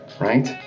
right